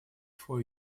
four